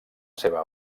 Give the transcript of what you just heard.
seva